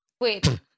Wait